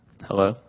Hello